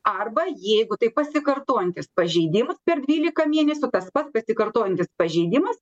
arba jeigu tai pasikartojantis pažeidimas per dvylika mėnesių tas pats pasikartojantis pažeidimas